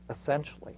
essentially